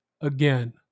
again